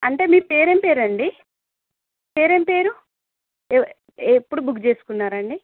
అంటే మీ పేరు ఏమి పేరండి పేరు ఏమి పేరు ఎప్పుడు బుక్ చేసుకున్నారండి